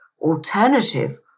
alternative